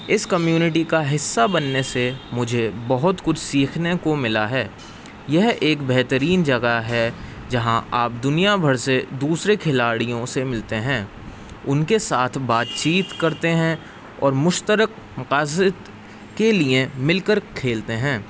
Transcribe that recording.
اس community کا حصہ بننے سے مجھے بہت کچھ سیکھنے کو ملا ہے یہ ایک بہترین جگہ ہے جہاں آپ دنیا بھر سے دوسرے کھلاڑیوں سے ملتے ہیں ان کے ساتھ بات چیت کرتے ہیں اور مشترک مقاصد کے لیے مل کر کھیلتے ہیں